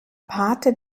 pate